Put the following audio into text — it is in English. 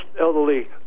elderly